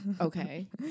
okay